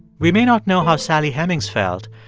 we may not know how sally hemings felt,